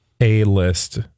A-list